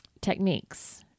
techniques